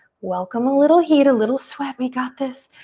welcome a little heat, a little sweat. we got this.